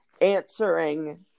answering